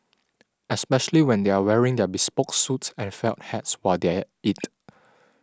especially when they are wearing their bespoke suits and felt hats while they are at it